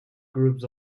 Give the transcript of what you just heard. groups